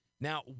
Now